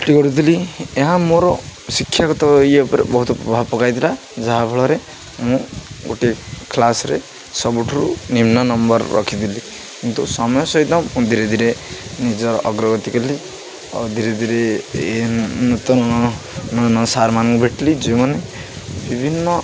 ଖଟି କରୁଥିଲି ଏହା ମୋର ଶିକ୍ଷାଗତ ଇଏ ଉପରେ ବହୁତ ପ୍ରଭାବ ପକାଇଥିଲା ଯାହାଫଳରେ ମୁଁ ଗୋଟେ କ୍ଲାସ୍ରେେ ସବୁଠାରୁ ନିମ୍ନ ନମ୍ବର ରଖିଥିଲି କିନ୍ତୁ ସମୟ ସହିତ ମୁଁ ଧୀରେ ଧୀରେ ନିଜର ଅଗ୍ରଗତି କଲି ଆଉ ଧୀରେ ଧୀରେ ନୂତନୂ ନୂଆ ନୂଆ ସାର୍ମାନଙ୍କୁ ଭେଟିଲି ଯେୋଉଁମାନେ ବିଭିନ୍ନ